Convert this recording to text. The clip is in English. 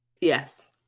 Yes